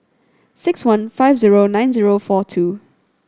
six one five zero nine zero four two